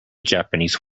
japanese